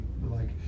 like-